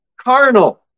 carnal